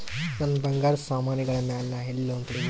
ನನ್ನ ಬಂಗಾರ ಸಾಮಾನಿಗಳ ಮ್ಯಾಲೆ ನಾ ಎಲ್ಲಿ ಲೋನ್ ಪಡಿಬೋದರಿ?